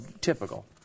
typical